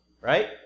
right